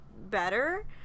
better